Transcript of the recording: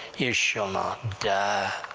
you shall not die.